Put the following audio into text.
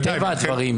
מטבע הדברים.